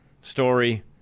story